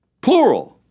Plural